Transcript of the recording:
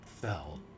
fell